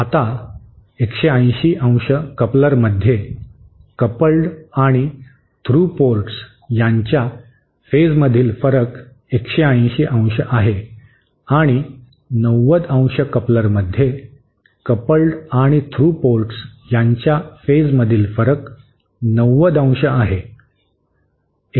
आता 180° कपलरमध्ये कपल्ड आणि थ्रू पोर्ट्स यांच्या फेजमधील फरक 180° आहे आणि 90° कपलरमध्ये कपल्ड आणि थ्रू पोर्ट्स यांच्या फेजमधील फरक 90° आहे